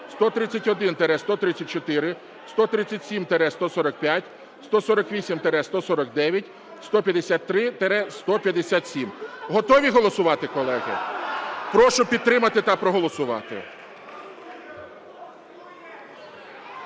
131-134, 137-145, 148-149, 153-157. Готові голосувати, колеги? Прошу підтримати та проголосувати.